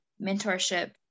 mentorship